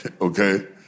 okay